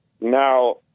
Now